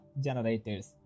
generators